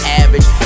average